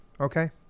Okay